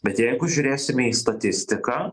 bet jeigu žiūrėsime į statistiką